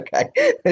Okay